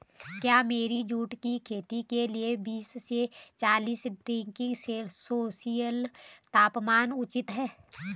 क्या मेरी जूट की खेती के लिए बीस से चालीस डिग्री सेल्सियस तापमान उचित है?